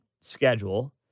schedule